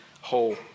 whole